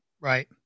Right